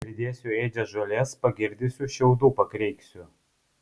pridėsiu ėdžias žolės pagirdysiu šiaudų pakreiksiu